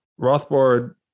Rothbard